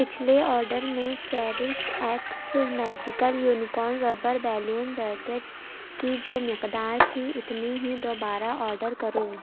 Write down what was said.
پچھلے آڈر میں Cherish X magical unicorn rubber balloon bucket کی جو مقدار تھی اتنی ہی دوبارہ آڈر کرو